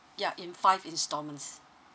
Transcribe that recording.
ya in five installments